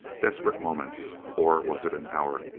desperate moments. or was it an hour?